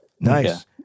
nice